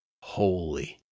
holy